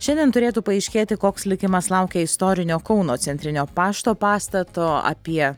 šiandien turėtų paaiškėti koks likimas laukia istorinio kauno centrinio pašto pastato apie